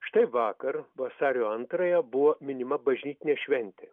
štai vakar vasario antrąją buvo minima bažnytinė šventė